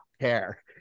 care